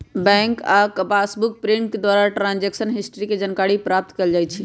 bank जा कऽ passbook printing द्वारा ट्रांजैक्शन हिस्ट्री के जानकारी प्राप्त कएल जा सकइ छै